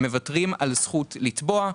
הם מוותרים על זכות לתבוע.